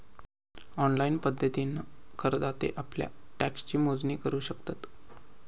online पद्धतीन करदाते आप्ल्या टॅक्सची मोजणी करू शकतत